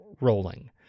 rolling